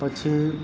પછી